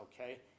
okay